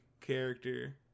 character